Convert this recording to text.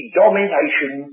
domination